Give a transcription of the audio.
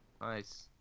Nice